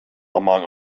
among